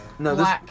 No